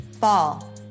fall